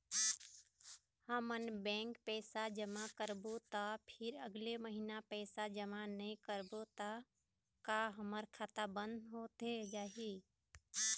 हमन बैंक पैसा जमा करबो ता फिर अगले महीना पैसा जमा नई करबो ता का हमर खाता बंद होथे जाही?